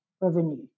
revenue